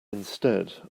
instead